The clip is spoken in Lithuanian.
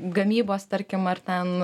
gamybos tarkim ar ten